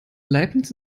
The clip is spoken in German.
leibniz